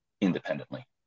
independently